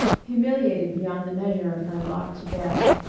humiliated beyond the measure of her lot to bear.